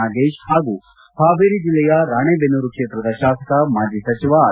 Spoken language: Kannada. ನಾಗೇತ್ ಹಾಗೂ ಹಾವೇರಿ ಜಿಲ್ಲೆಯ ರಾಣೆಬೆನ್ನೂರು ಕ್ಷೇತ್ರದ ಶಾಸಕ ಮಾಜಿ ಸಚಿವ ಆರ್